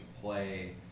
play